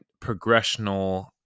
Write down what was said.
progressional